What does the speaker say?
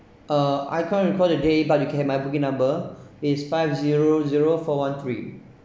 uh I can't recall the day but you can have my booking number is five zero zero four one three